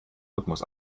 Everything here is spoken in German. rhythmus